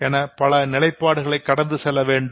என பல நிலைப்பாடுகளை கடந்து செல்லவேண்டும்